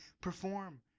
perform